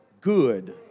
good